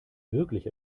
wirklich